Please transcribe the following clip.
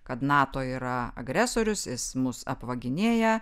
kad nato yra agresorius jis mus apvaginėja